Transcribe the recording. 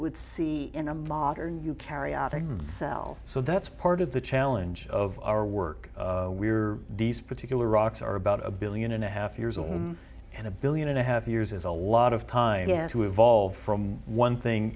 would see in a modern you carry out a cell so that's part of the challenge of our work we're particular rocks are about a billion and a half years old and a billion and a half years is a lot of time again to evolve from one thing